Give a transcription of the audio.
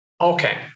Okay